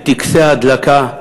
את טקסי ההדלקה.